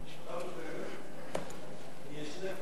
אני נמצא.